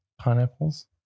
Pineapples